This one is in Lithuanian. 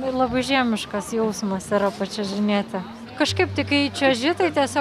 ir labai žiemiškas jausmas yra pačiuožinėti kažkaip tai kai čiuoži tai tiesiog